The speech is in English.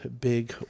big